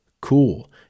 cool